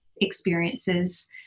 experiences